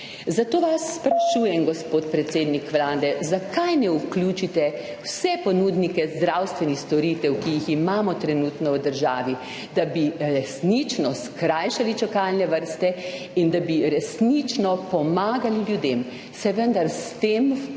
Zato vas sprašujem, gospod predsednik Vlade: Zakaj ne vključite vseh ponudnikov zdravstvenih storitev, ki jih imamo trenutno v državi, da bi resnično skrajšali čakalne vrste in da bi resnično pomagali ljudem,